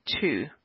two